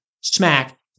Smack